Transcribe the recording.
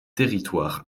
territoire